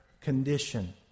condition